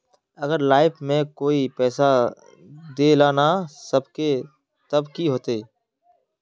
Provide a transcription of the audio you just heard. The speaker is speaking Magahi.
अगर लाइफ में हम पैसा दे ला ना सकबे तब की होते?